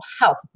health